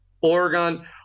Oregon